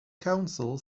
council